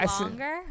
longer